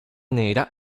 nera